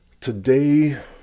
Today